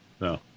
No